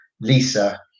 lisa